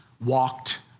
walked